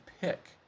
pick